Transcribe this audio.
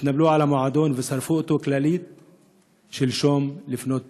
התנפלו על המועדון ושרפו אותו כליל שלשום לפנות בוקר.